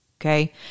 Okay